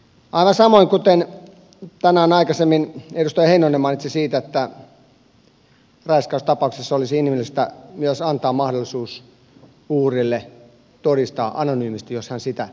aivan samoin tänään aikaisemmin edustaja heinonen mainitsi siitä että raiskaustapauksissa olisi inhimillistä antaa mahdollisuus uhrille todistaa myös anonyymisti jos hän sitä haluaa